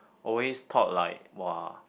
always thought like !wah!